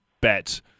bet